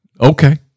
Okay